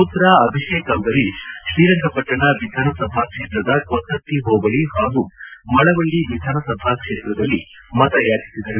ಮತ್ರ ಅಭಿಷೇಕ್ ಅಂಬರೀಶ್ ಶ್ರೀರಂಗಪಟ್ಟಣ ವಿಧಾನ ಸಭಾ ಕ್ಷೇತ್ರದ ಕೊತ್ತಕ್ತಿ ಹೋಬಳಿ ಹಾಗೂ ಮಳವಳ್ಳಿ ವಿಧಾನ ಸಭಾ ಕ್ಷೇತ್ರದಲ್ಲಿ ಮತಯಾಚಿಸಿದರು